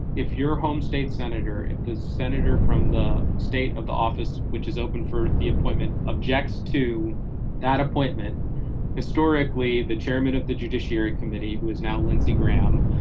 if your home state senator, it is senator from the state of the office, which is open for the appointment, objects to that appointment historically, the chairman of the judiciary committee, who is now lindsey graham.